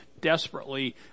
desperately